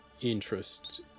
interest